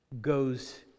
goes